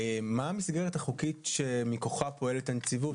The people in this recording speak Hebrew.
מה המסגרת החוקית שמכוחה פועלת הנציבות?